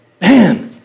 man